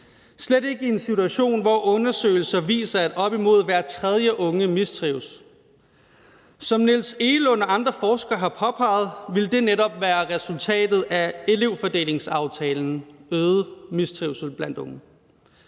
slet ikke i en situation, hvor undersøgelser viser, at op imod hver tredje unge mistrives. Som Niels Egelund og andre forskere har påpeget, vil en øget mistrivsel blandt unge netop være resultatet af elevfordelingsaftalen. Hver dag kunne